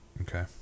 Okay